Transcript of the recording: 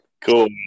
Cool